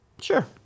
Sure